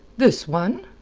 this one?